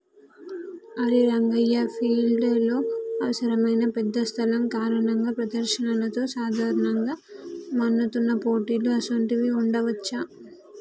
అరే రంగయ్య ఫీల్డ్ డెలో అవసరమైన పెద్ద స్థలం కారణంగా ప్రదర్శనలతో సాధారణంగా మన్నుతున్న పోటీలు అసోంటివి ఉండవచ్చా